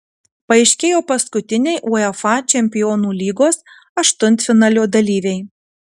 paaiškėjo paskutiniai uefa čempionų lygos aštuntfinalio dalyviai